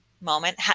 moment